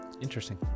Interesting